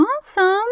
Awesome